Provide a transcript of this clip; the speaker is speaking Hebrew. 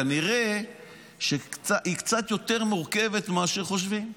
כנראה שהיא קצת יותר מורכבת מאשר חושבים.